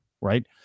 right